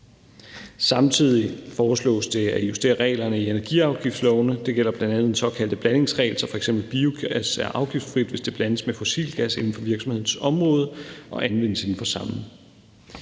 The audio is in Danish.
Samtidig foreslås det at justere reglerne i energiafgiftslovene. Det gælder bl.a. den såkaldte blandingsregel, så f.eks. biogas er afgiftsfrit, hvis det blandes med fossilgas inden for virksomhedens område og anvendes inden for samme.